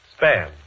Spam